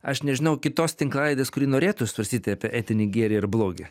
aš nežinau kitos tinklalaidės kuri norėtų svarstyti apie etinį gėrį ir blogį